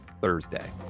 Thursday